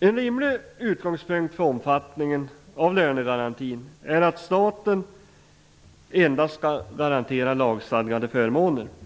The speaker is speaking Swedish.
En rimlig utgångspunkt för omfattningen av lönegarantin är att staten endast skall garantera lagstadgade förmåner.